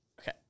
Okay